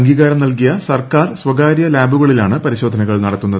അംഗീകാരം നൽകിയ സർക്കാർ സ്വാകര്യ ലാബുകളിലാണ് പരിശോധനകൾ നടന്നത്